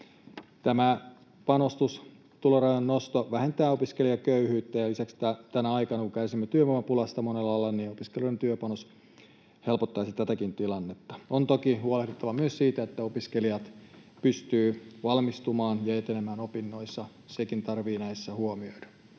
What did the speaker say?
Tämä panostus, tulorajan nosto vähentää opiskelijaköyhyyttä, ja lisäksi tänä aikana, kun kärsimme työvoimapulasta monella alalla, opiskelijoiden työpanos helpottaisi tätäkin tilannetta. On toki huolehdittava myös siitä, että opiskelijat pystyvät valmistumaan ja etenemään opinnoissaan, sekin tarvitsee näissä huomioida.